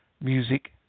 Music